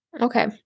Okay